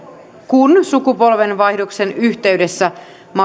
kun sukupolvenvaihdoksen yhteydessä